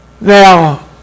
Now